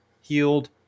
healed